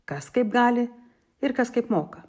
kas kaip gali ir kas kaip moka